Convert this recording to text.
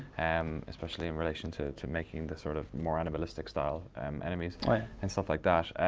um especially in relation to to making the sort of more animalistic style enemies and stuff like that,